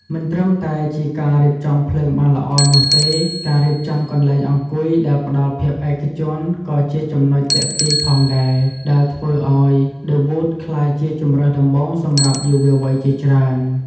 មិនត្រឹមតែជាការរៀបចំភ្លើងបានល្អនោះទេ ការរៀបចំកន្លែងអង្គុយដែលផ្តល់ភាពឯកជន ក៏ជាចំណុចទាក់ទាញផងដែរ ដែលធ្វើឱ្យ ឌឹ វូត ក្លាយជាជម្រើសដំបូងសម្រាប់យុវវ័យជាច្រើន។